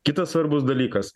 kitas svarbus dalykas